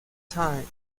time